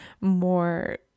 more